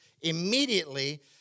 immediately